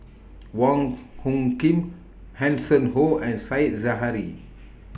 Wong Hung Khim Hanson Ho and Said Zahari